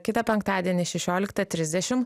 kitą penktadienį šešioliktą trisdešim